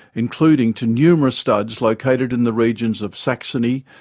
including to numerous studs located in the regions of saxony,